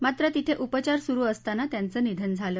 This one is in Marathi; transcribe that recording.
मात्र तिथे उपचार सुरु असताना त्यांचं निधन झालं